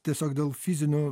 tiesiog dėl fizinių